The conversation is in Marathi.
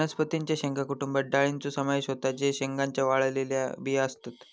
वनस्पतीं च्या शेंगा कुटुंबात डाळींचो समावेश होता जे शेंगांच्या वाळलेल्या बिया असतत